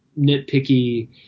nitpicky